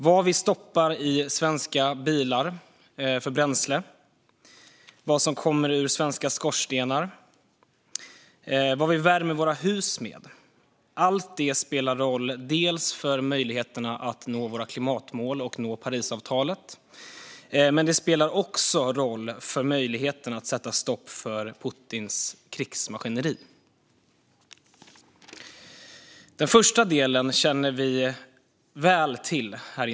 Vilket bränsle vi fyller svenska bilar med, vad som kommer ur svenska skorstenar och vad vi värmer våra hus med spelar roll dels för möjligheterna att nå våra klimatmål och Parisavtalet, dels för möjligheterna att sätta stopp för Putins krigsmaskineri. Den första delen känner vi här inne till väl.